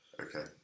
Okay